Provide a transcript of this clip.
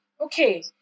Okay